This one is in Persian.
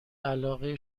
علاقه